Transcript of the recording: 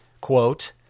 quote